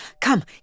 Come